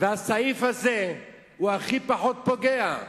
והסעיף הזה הכי פחות פוגע.